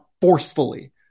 forcefully